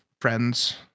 friends